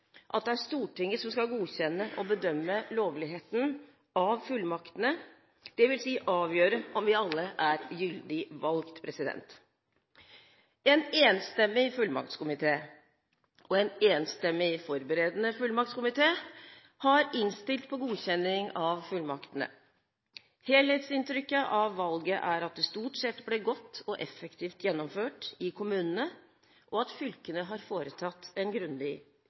at det er Stortinget som skal godkjenne og bedømme lovligheten av fullmaktene, dvs. avgjøre om vi alle er gyldig valgt. En enstemmig fullmaktskomité og en enstemmig forberedende fullmaktskomité har innstilt på godkjenning av fullmaktene. Helhetsinntrykket av valget er at det stort sett ble godt og effektivt gjennomført i kommunene, og at fylkene har foretatt en grundig